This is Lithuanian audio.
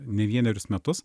ne vienerius metus